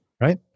Right